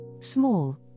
Small